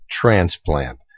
transplant